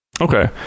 Okay